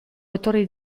etorri